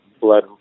blood